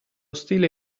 stile